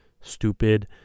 stupid